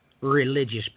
religious